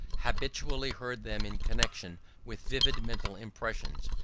habitually heard them in connection with vivid mental impressions,